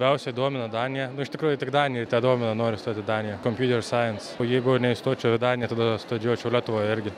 labiausiai domina danija nu iš tikrųjų tik danijoje tedomina noriu stot į daniją kompiuter sajens o jeigu neįstočiau į daniją tada studijuočiau lietuvoje irgi